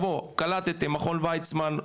קלטתם מכון ויצמן,